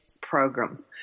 program